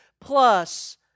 plus